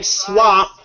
swap